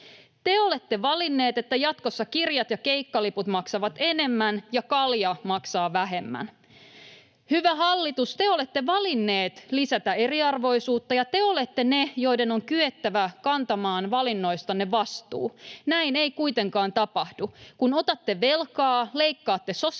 Te olette valinneet, että jatkossa kirjat ja keikkaliput maksavat enemmän ja kalja maksaa vähemmän. Hyvä hallitus, te olette valinneet lisätä eriarvoisuutta, ja te olette ne, joiden on kyettävä kantamaan valinnoistanne vastuu. Näin ei kuitenkaan tapahdu. Kun otatte velkaa, leikkaatte sosiaaliturvaa